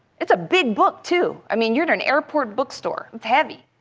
it's a big book, too. i mean, you're in an airport bookstore, it's heavy.